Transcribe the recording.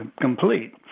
complete